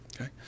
okay